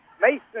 Mason